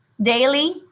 daily